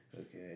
okay